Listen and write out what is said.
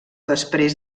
després